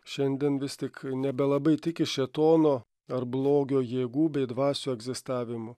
šiandien vis tik nebelabai tiki šėtono ar blogio jėgų bei dvasių egzistavimu